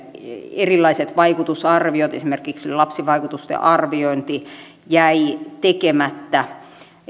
erilaiset vaikutusarviot esimerkiksi lapsivaikutusten arviointi jäivät tekemättä